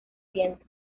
viento